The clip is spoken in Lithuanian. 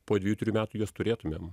po dviejų trijų metų juos turėtumėm